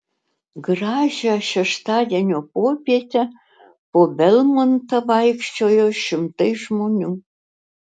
gražią šeštadienio popietę po belmontą vaikščiojo šimtai žmonių